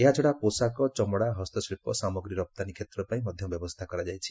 ଏହାଛଡା ପୋଷାକ ଚମଡା ହସ୍ତଶିଳ୍ପ ସାମଗ୍ରୀ ରପ୍ତାନୀ କ୍ଷେତ୍ରପାଇଁ ମଧ୍ୟ ବ୍ୟବସ୍ଥା କରାଯାଇଛି